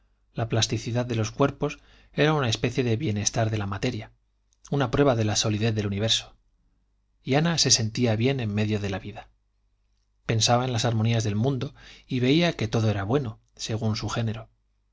la plasticidad de los cuerpos era una especie de bienestar de la materia una prueba de la solidez del universo y ana se sentía bien en medio de la vida pensaba en las armonías del mundo y veía que todo era bueno según su género